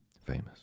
famous